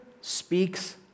speaks